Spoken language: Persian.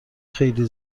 خیلی